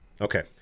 Okay